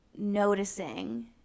Noticing